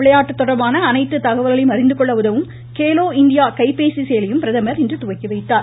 விளையாட்டு தொடா்பான அனைத்து தகவல்களையும் அறிந்துகொள்ள உதவும் கேலோ இந்தியா கைபேசி செயலியையும் பிரதமர் இன்று துவக்கி வைத்தார்